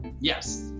yes